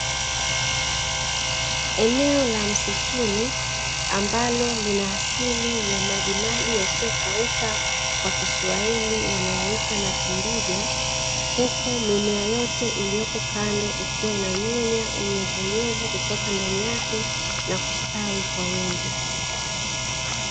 Eneo la msituni ambalo lina asili ya majimaji yasiyokauka, kwa kiswahili wanayaita "Matindiga", huku mimea yote iliyoko kando ikiwa inanyonya unyevunyevu kutoka ndani yake na kustawi kwa wingi.